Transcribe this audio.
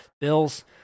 Bills